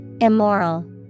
Immoral